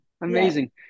Amazing